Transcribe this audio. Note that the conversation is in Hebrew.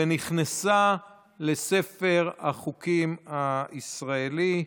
ונכנסה לספר החוקים הישראלי.